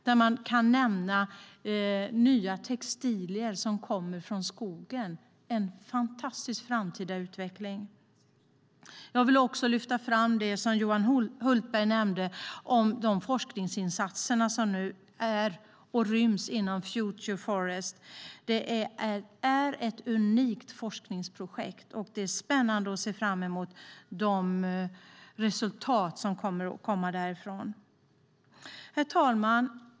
Man kan där nämna nya textilier som kommer från skogen. Det är en fantastisk framtida utveckling. Jag vill också lyfta fram det Johan Hultberg nämnde om de forskningsinsatser som nu ryms inom Future Forest. Det är ett unikt forskningsprojekt. Det är spännande att se fram emot de resultat som kommer att komma därifrån. Herr talman!